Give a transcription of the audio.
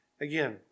Again